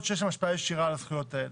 שיש להן השפעה ישירה על הזכויות האלה.